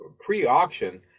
pre-auction